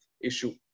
issue